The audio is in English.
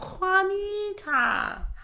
juanita